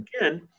again